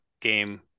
game